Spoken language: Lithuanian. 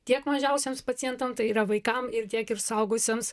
tiek mažiausiems pacientam tai yra vaikam ir tiek ir suaugusiems